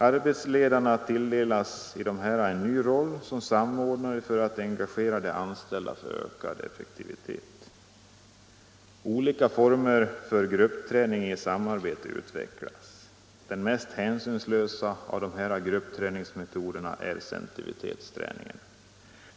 Arbetsledarna tilldelas i dessa en ny roll som samordnare för att engagera anställda för ökad effektivitet. Olika former för gruppträning i samarbete utvecklas. Den mest hänsynslösa av dessa gruppträningsmetoder är sensitivitetsträningen.